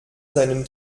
seinen